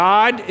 God